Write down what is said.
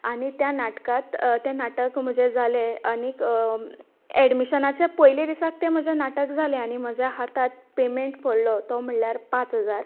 आनी त्या नाटकांत ते नाटक म्हजे जाले आनीक एडमिशनांच्या पयले दिसाक ते म्हजे नाटक जाले आनी म्हज्या हातांत पेमेंन्ट पडलो तो म्हळ्यार पांच हजार